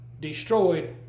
destroyed